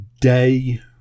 day